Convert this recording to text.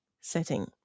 setting